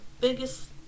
biggest